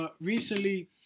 recently